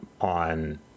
on